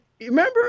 remember